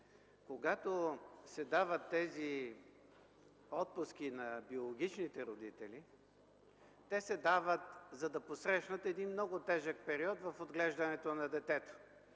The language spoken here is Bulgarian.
когато се дават тези отпуски на биологичните родители, те се дават, за да посрещнат един много тежък период в отглеждането на детето.